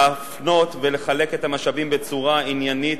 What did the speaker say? להפנות ולחלק את המשאבים בצורה עניינית,